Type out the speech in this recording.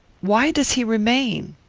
why does he remain?